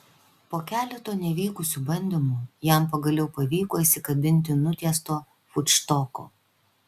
po keleto nevykusių bandymų jam pagaliau pavyko įsikabinti nutiesto futštoko